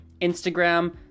Instagram